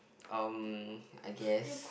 um I guess